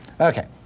Okay